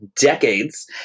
decades